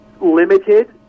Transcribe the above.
limited